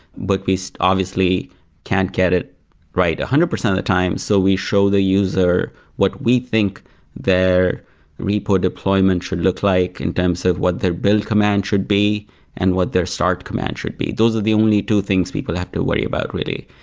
but we so obviously can't get it right a one hundred percent at the time, so we show the user what we think their repo deployment should look like in terms of what their build command should be and what their start command should be. those are the only two things people have to worry about really.